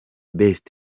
best